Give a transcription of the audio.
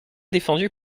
défendu